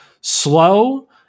slow